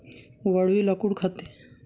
वाळवी लाकूड खाते